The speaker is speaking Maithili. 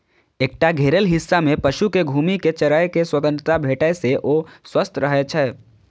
एकटा घेरल हिस्सा मे पशु कें घूमि कें चरै के स्वतंत्रता भेटै से ओ स्वस्थ रहै छै